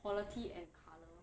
quality and colour